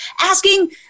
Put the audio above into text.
asking